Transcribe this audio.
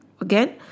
Again